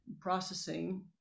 processing